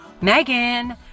Megan